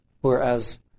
whereas